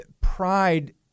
pride